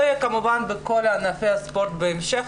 וכמובן בכל ענפי הספורט בהמשך,